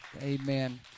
Amen